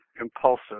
impulsive